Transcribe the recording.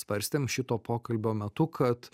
svarstėm šito pokalbio metu kad